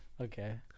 Okay